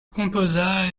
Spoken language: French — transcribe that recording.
composa